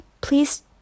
please